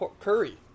curry